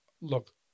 Look